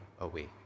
away